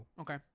Okay